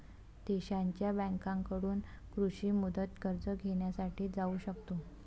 देशांच्या बँकांकडून कृषी मुदत कर्ज घेण्यासाठी जाऊ शकतो